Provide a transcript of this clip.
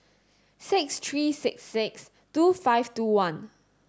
six three six six two five two one